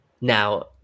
Now